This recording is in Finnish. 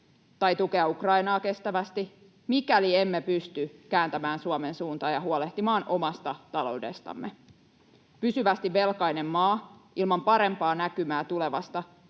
tai tukea Ukrainaa kestävästi, mikäli emme pysty kääntämään Suomen suuntaa ja huolehtimaan omasta taloudestamme. Pysyvästi velkainen maa ilman parempaa näkymää tulevasta